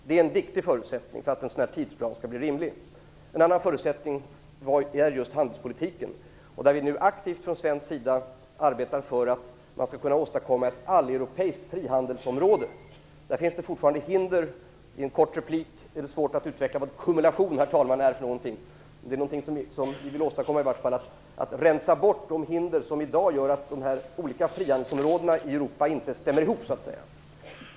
Det är en viktig förutsättning för att en tidsplan skall bli rimlig. En annan förutsättning är just handelspolitiken. Där arbetar vi aktivt från svensk sida för att skapa ett alleuropeiskt frihandelsområde. Där finns hinder. Det är svårt att i en kort replik, herr talman, utveckla vad kumulation är för något. Vi vill rensa bort de hinder som i dag gör att de olika frihandelsområdena i Europa inte stämmer ihop.